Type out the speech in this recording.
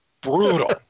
Brutal